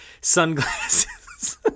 sunglasses